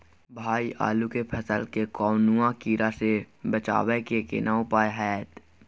भाई आलू के फसल के कौनुआ कीरा से बचाबै के केना उपाय हैयत?